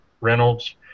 Reynolds